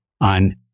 on